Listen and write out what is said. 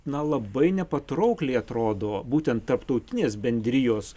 na labai nepatraukliai atrodo būtent tarptautinės bendrijos